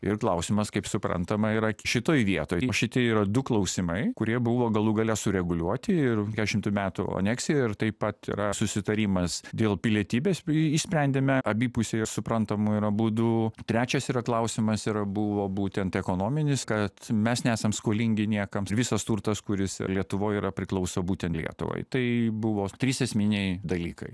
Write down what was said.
ir klausimas kaip suprantama yra šitoj vietoj o šiti yra du klausimai kurie buvo galų gale sureguliuoti ir keturiasdešimtų metų aneksija taip pat yra susitarimas dėl pilietybės bei išsprendėme abipusėje suprantamu yra būdu trečias yra klausimas yra buvo būtent ekonominis kad mes nesam skolingi niekam visas turtas kuris yra lietuvoj yra priklauso būtent lietuvai tai buvo trys esminiai dalykai